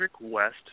West